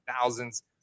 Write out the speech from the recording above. thousands